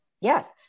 Yes